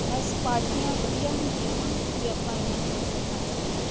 ਬਸ ਪਾਰਟੀਆਂ ਵਧੀਆ ਹੁੰਦੀਆਂ ਵਾ ਜੇ ਆਪਾਂ ਇਹਨਾਂ ਨੂੰ ਵਧੀਆ ਬਣਾ ਸਕੀਏ